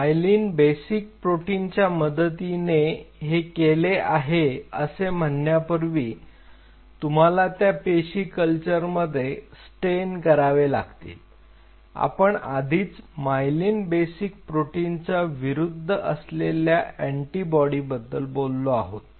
myelin basic protein च्या मदतीने हे केले आहे असे म्हणण्यापूर्वी तुम्हाला त्या पेशी कल्चरमध्ये स्टेन करावे लागतील आपण आधीच मायलिन बेसिक प्रोटीनचा विरुद्ध असलेल्या अँटी बॉडीबद्दल बोललो आहोत